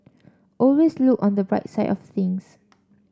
always look on the bright side of things